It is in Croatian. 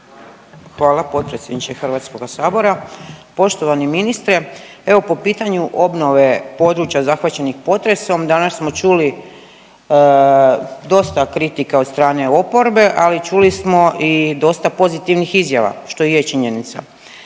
Hvala potpredsjedniče HS-a. Poštovani ministre. Evo po pitanju obnove područja zahvaćenih potresom danas smo čuli dosta kritika od strane oporbe, ali čuli smo i dosta pozitivnih izjava što je činjenica.